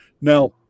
Now